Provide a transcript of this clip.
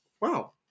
Wow